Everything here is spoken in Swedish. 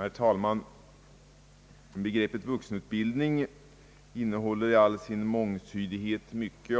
Herr talman! Begreppet vuxenutbildning innehåller i all sin mångtydighet mycket